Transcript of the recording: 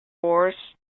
wars